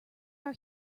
our